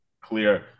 clear